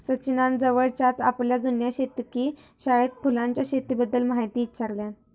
सचिनान जवळच्याच आपल्या जुन्या शेतकी शाळेत फुलांच्या शेतीबद्दल म्हायती ईचारल्यान